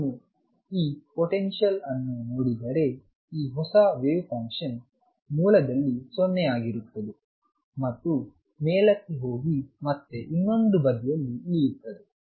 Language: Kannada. ಆದ್ದರಿಂದ ನಾನು ಈ ಪೊಟೆನ್ಶಿಯಲ್ಅನ್ನು ನೋಡಿದರೆ ಈ ಹೊಸ ವೇವ್ ಫಂಕ್ಷನ್ ಮೂಲದಲ್ಲಿ 0 ಆಗಿರುತ್ತದೆ ಮತ್ತು ಮೇಲಕ್ಕೆ ಹೋಗಿ ಮತ್ತೆ ಇನ್ನೊಂದು ಬದಿಯಲ್ಲಿ ಇಳಿಯುತ್ತದೆ